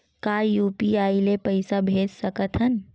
का यू.पी.आई ले पईसा भेज सकत हन?